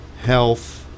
health